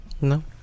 No